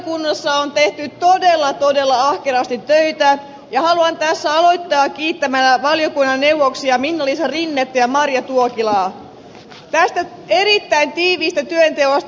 lakivaliokunnassa on tehty todella todella ahkerasti töitä ja haluan tässä aloittaa kiittämällä valiokunnan neuvoksia minna liisa rinnettä ja marja tuokilaa tästä erittäin tiiviistä työnteosta